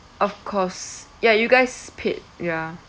of course ya you guys paid ya